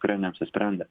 kurie neapsisprendę